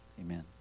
amen